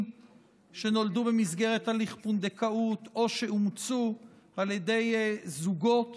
שנולדו במסגרת הליך פונדקאות או שאומצו על ידי זוגות